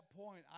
point